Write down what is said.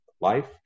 life